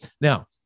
Now